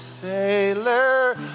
sailor